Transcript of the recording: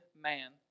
man